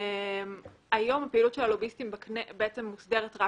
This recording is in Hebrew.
היום פעילות הלוביסטים מוסדרת רק